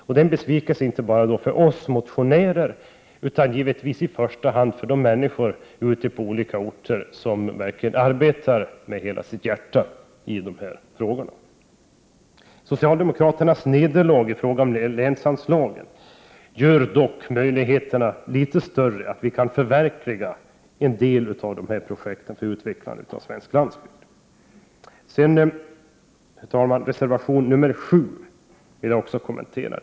Det är en besvikelse inte bara för oss motionärer utan givetvis i första hand för människorna på olika orter, människor som verkligen arbetar helhjärtat när det gäller de här frågorna. Socialdemokraternas nederlag beträffande länsanslagen gör dock möjligheterna litet större att förverkliga en del av projekten för utveckling av svensk landsbygd. Herr talman! Jag vill också kommentera reservation 7.